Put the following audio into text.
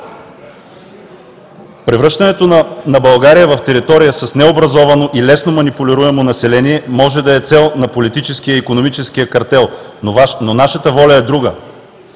Превръщането на България в територия с необразовано и лесно манипулируемо население може да е цел на политическия и икономическия картел, но нашата воля е друга